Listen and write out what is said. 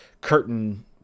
curtain